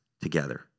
together